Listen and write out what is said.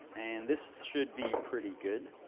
and this should be pretty good.